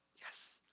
Yes